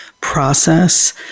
process